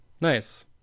Nice